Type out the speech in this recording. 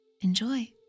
Enjoy